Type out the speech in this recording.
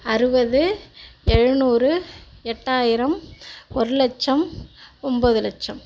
அறுபது ஏழுநூறு எட்டாயிரம் ஒரு லட்சம் ஒன்பது லட்சம்